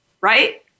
right